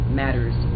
matters